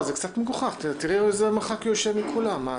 זה קצת מגוחך, תראי באיזה מרחק הוא יושב מכולם.